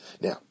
Now